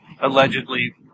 Allegedly